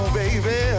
baby